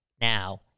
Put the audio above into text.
now